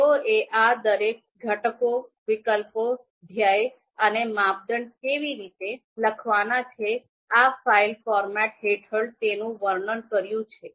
તેઓએ આ દરેક ઘટકો વિકલ્પો ધ્યેય અને માપદંડ કેવી રીતે લખવાના છે આ ફાઇલ ફોર્મેટ હેઠળ તેનું વર્ણન કર્યું છે